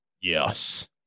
Yes